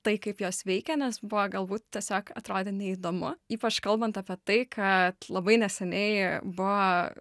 tai kaip jos veikia nes buvo galbūt tiesiog atrodė neįdomu ypač kalbant apie tai kad labai neseniai buvo